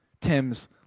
Tim's